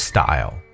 Style